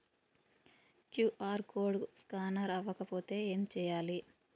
QR code scanner అవ్వకపోతే ఏం చేయాలి?